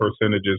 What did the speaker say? percentages